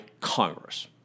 Congress